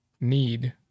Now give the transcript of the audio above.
need